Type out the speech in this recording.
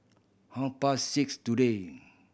half past six today